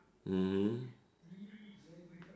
mm